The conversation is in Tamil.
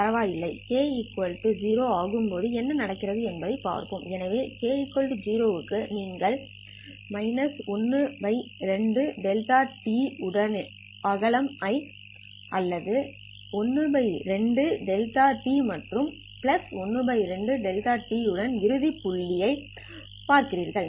பரவாயில்லை k0 ஆகும்போது என்ன நடக்கிறது என்பதைப் பார்ப்போம் எனவே k0 க்கு நீங்கள் 12 δt உடைய அகலம் ஐ யோ அல்லது ½ δt மற்றும் ½ δt உடைய இறுதி புள்ளி ஐ யோ பார்க்கிறீர்கள்